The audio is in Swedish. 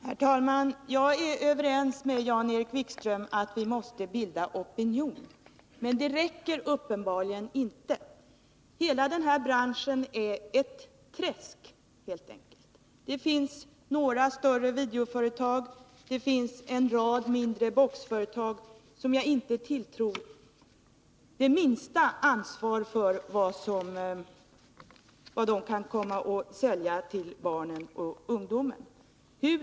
Herr talman! Jag är överens med Jan-Erik Wikström om att vi måste bilda opinion, men det räcker uppenbarligen inte. Hela den här branschen är helt enkelt ett träsk. Det finns några större videoföretag och en rad mindre boxföretag som jag inte tilltror det minsta ansvar för vad som säljs till barn och ungdom.